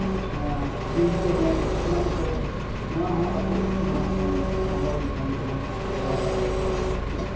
ᱦᱮᱸ bill payment ᱮᱢᱟᱱ ᱠᱚ ᱱᱚᱣᱟ ᱦᱚᱸ ᱟᱵᱚ ᱮᱥᱢᱟᱨᱴ ᱯᱷᱳᱱ ᱢᱳᱵᱟᱭᱤᱞ ᱯᱷᱳᱱ ᱛᱮᱵᱚᱱ ᱠᱚᱨᱟᱣ ᱫᱟᱲᱮᱭᱟ ᱠᱟᱱᱟ